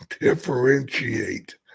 differentiate